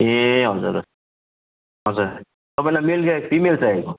ए हजुर हजुर तपाईँलाई मेल चाहिएको कि फिमेल चाहिएको